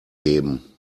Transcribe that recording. geben